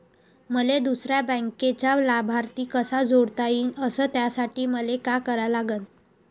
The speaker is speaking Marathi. मले दुसऱ्या बँकेचा लाभार्थी कसा जोडता येईन, अस त्यासाठी मले का करा लागन?